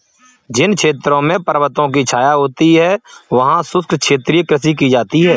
जिन क्षेत्रों में पर्वतों की छाया होती है वहां शुष्क क्षेत्रीय कृषि की जाती है